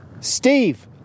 Steve